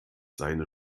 seine